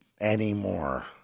anymore